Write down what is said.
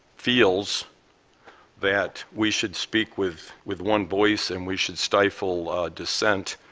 feels that we should speak with with one voice and we should stifle dissent